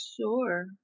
sure